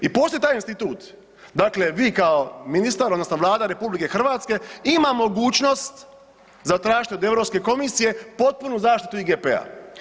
I postoji taj institut, dakle vi kao ministar odnosno Vlada RH ima mogućnost zatražiti od Europske komisije potpunu zaštitu IGP-a.